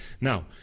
Now